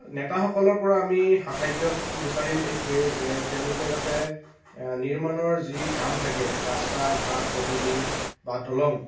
নেতাসকলৰ পৰা আমি সাহাৰ্য্য বিচাৰিম এইটোৱে যে তেওঁলোকে যাতে নিৰ্মাণৰ যি কাম থাকে ৰাস্তা ঘাট পদুলি বা দলং